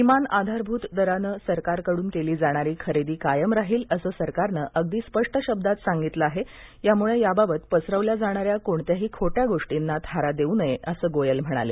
किमान आधारभूत दरानं सरकारकडून केली जाणारी खरेदी कायम राहील असं सरकारनं अगदी स्पष्ट शब्दात सांगितलेलं आहे त्यामुळे याबाबत पसरवल्या जाणाऱ्या कोणत्याही खोट्या गोष्टींना थारा देऊ नये असं गोयल म्हणाले